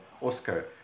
oscar